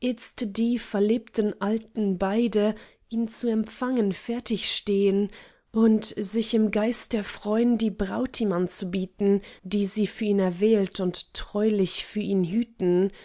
die verlebten alten beide ihn zu empfangen fertig stehn und sich im geist erfreun die braut ihm anzubieten die sie für ihn erwählt und treulich für ihn hüten